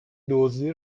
دزدی